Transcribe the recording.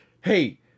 Hey